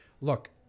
Look